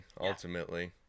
Ultimately